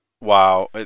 Wow